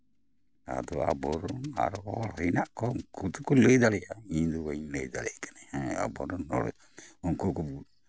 ᱟᱫᱚ ᱟᱵᱚ ᱨᱮᱱ ᱟᱨ ᱦᱚᱲ ᱦᱮᱱᱟᱜ ᱠᱚ ᱩᱱᱠᱩ ᱫᱚᱠᱚ ᱞᱟᱹᱭ ᱫᱟᱲᱮᱭᱟᱜᱼᱟ ᱤᱧ ᱫᱚ ᱵᱟᱹᱧ ᱞᱟᱹᱭ ᱫᱟᱲᱮᱭᱟᱜ ᱠᱟᱹᱱᱟᱹᱧ ᱦᱮᱸ ᱟᱵᱚ ᱨᱮᱱ ᱦᱚᱲ ᱩᱱᱠᱩ ᱠᱚ